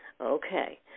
Okay